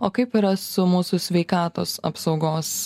o kaip yra su mūsų sveikatos apsaugos